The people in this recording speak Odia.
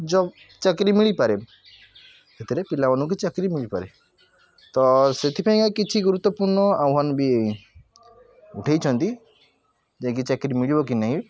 ଜବ୍ ଚାକିରି ମିଳିପାରେ ସେଥିରେ ପିଲାମାନଙ୍କୁ ଚାକିରି ମିଳିପାରେ ତ ସେଥି ପାଇଁକା କିଛି ଗୁରୁତ୍ୱପୂର୍ଣ୍ଣ ଆହ୍ୱାନ ବି ଉଠେଇଛନ୍ତି ଯେକି ଚାକିରି ମିଳିବ କି ନାହିଁ